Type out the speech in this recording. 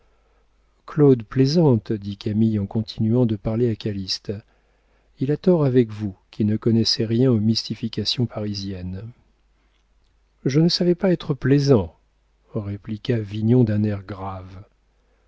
claude plaisante dit camille en continuant de parler à calyste il a tort avec vous qui ne connaissez rien aux mystifications parisiennes je ne savais pas être plaisant répliqua vignon d'un air grave